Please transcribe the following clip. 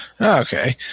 Okay